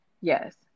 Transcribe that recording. yes